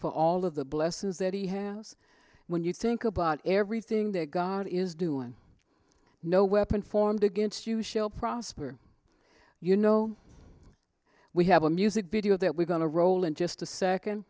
for all of the blessings that he has when you think about everything that god is doing no weapon formed against you shall prosper you know we have a music video that we're going to roll in just a second